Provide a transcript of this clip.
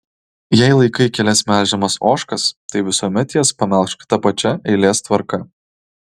jei laikai kelias melžiamas ožkas tai visuomet jas pamelžk ta pačia eilės tvarka